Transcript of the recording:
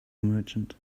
merchant